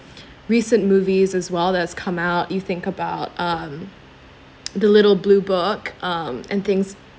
recent movies as well as come out you think about um the little blue book um and things